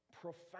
profound